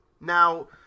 Now